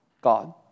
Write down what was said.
God